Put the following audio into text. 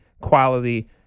quality